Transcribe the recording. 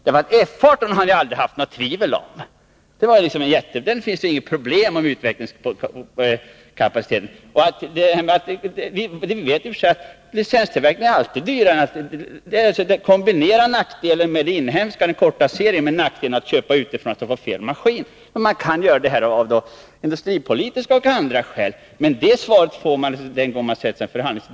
Beträffande F 18 hade Sköld aldrig haft något tvivel. Där fanns inga problem när det gäller utvecklingskapacitet. Vi vet i och för sig att licenstillverkning alltid är dyrare — man kombinerar nackdelarna med inhemsk produktion, den korta serien, med nackdelen i att köpa utifrån, dvs. att man får fel maskin. Men man kan ändå bestämma sig för licenstillverkning — av industripolitiska och andra skäl. Men svaret om kostnad får man den gången man sätter sig i en förhandling.